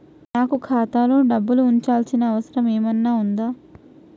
నాకు ఖాతాలో డబ్బులు ఉంచాల్సిన అవసరం ఏమన్నా ఉందా?